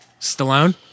Stallone